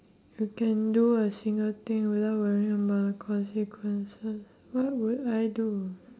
you can do a single thing without worrying about the consequences what would I do